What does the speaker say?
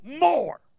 more